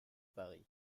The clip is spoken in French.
paris